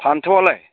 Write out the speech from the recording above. फानथावालाय